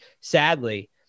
sadly